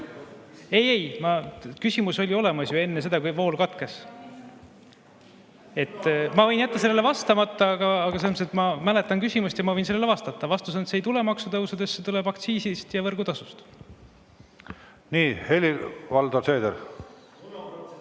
ma … Küsimus oli olemas ju enne seda, kui vool katkes. Ma võin jätta sellele vastamata, aga ma mäletan küsimust ja ma võin sellele vastata. Vastus on, et see ei tule maksutõusudest, see tuleb aktsiisist ja võrgutasust. Helir-Valdor Seeder!